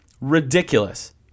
ridiculous